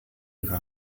ihre